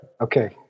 okay